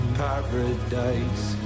paradise